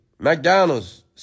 McDonald's